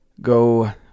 Go